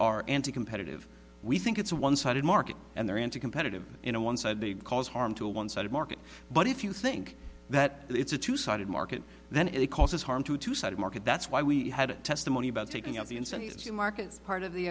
are anticompetitive we think it's a one sided market and they're anticompetitive in a one sided they cause harm to a one sided market but if you think that it's a two sided market then it causes harm to a two sided market that's why we had testimony about taking out the incentives in markets part of the